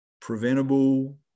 preventable